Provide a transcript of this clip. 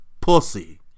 Pussy